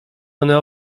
one